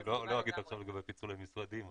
אני לא אגיב עכשיו לגבי פיצולי משרדים.